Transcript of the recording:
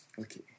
Okay